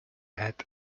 head